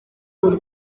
w’u